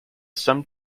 some